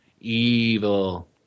Evil